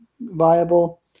viable